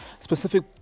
specific